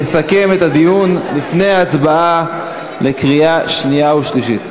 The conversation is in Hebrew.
יסכם את הדיון לפני ההצבעה בקריאה שנייה ושלישית.